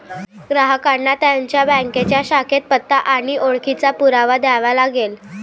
ग्राहकांना त्यांच्या बँकेच्या शाखेत पत्ता आणि ओळखीचा पुरावा द्यावा लागेल